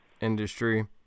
industry